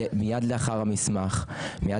מיד לאחר אותו מסמך,